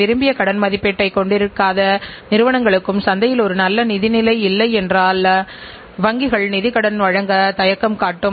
ஏனென்றால் நீங்கள் எதை உற்பத்தி செய்தாலும் நாம் என்ன செலவு செய்தாலும் நாம் இலாப வகைகளுக்குள் சொல்லக்கூடாது